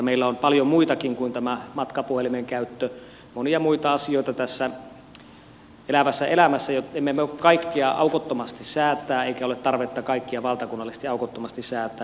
meillä on paljon muitakin kuin tämä matkapuhelimen käyttö monia muita asioita tässä elävässä elämässä emme voi kaikkea aukottomasti säätää eikä ole tarvetta kaikkia valtakunnallisesti aukottomasti säätää